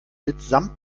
mitsamt